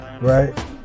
right